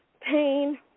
pain